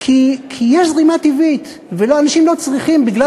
כי יש זרימה טבעית, ואנשים לא צריכים, בגלל